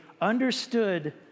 understood